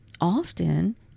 Often